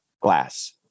glass